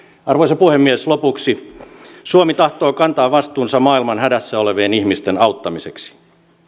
arvoisa puhemies lopuksi suomi tahtoo kantaa vastuunsa maailman hädässä olevien ihmisten auttamiseksi